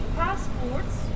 passports